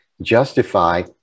justify